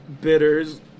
bitters